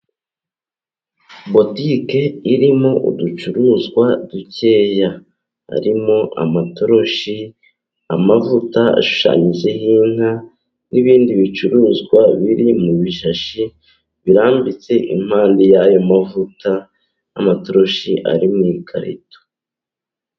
Botike irimo uducuruzwa dukeya .Harimo amatoroshi, amavuta ashushanijeho inka, n'ibindi bicuruzwa biri mu bishashi, birambitse impande y'ayo mavuta n'amatoroshi ari mu ikarito.